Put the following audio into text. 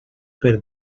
per